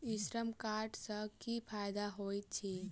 ई श्रम कार्ड सँ की फायदा होइत अछि?